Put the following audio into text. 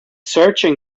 searching